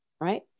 Right